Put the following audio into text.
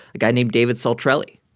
a guy named david saltrelli